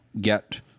get